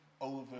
over